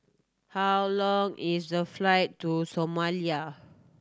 how long is the flight to Somalia